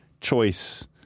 choice